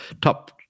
top